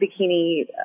bikini